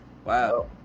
Wow